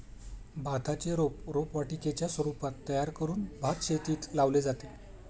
भाताचे रोप रोपवाटिकेच्या स्वरूपात तयार करून भातशेतीत लावले जाते